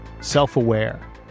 self-aware